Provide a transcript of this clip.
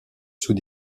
sous